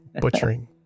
Butchering